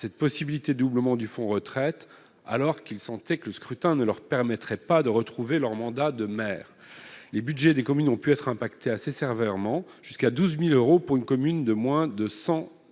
cette possibilité de doublement du fonds retraite, alors qu'ils sentaient que le scrutin ne leur permettrait pas de retrouver leur mandat de maire. Les budgets des communes ont pu être impactés assez sévèrement, jusqu'à 12 000 euros pour une commune de moins de 100